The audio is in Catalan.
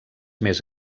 més